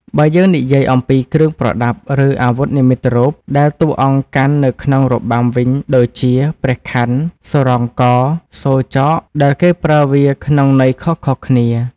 បើយើងនិយាយអំពីគ្រឿងប្រដាប់ ឬអាវុធនិមិត្តរូប ដែលតួអង្គកាន់នៅក្នុងរបាំវិញដូចជា ព្រះខ័ន សុរ៉ងក សូរចក ដែលគេប្រើវាក្នុងន័យខុសៗគ្នា។